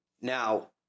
Now